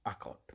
account